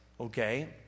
okay